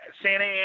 santa